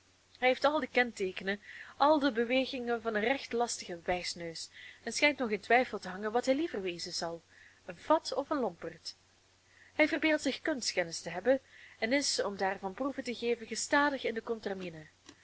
hij heeft al de kenteekenen al de bewegingen van een recht lastigen wijsneus en schijnt nog in twijfel te hangen wat hij liever wezen zal een fat of een lomperd hij verbeeldt zich kunstkennis te hebben en is om daarvan proeven te geven gestadig in de contramine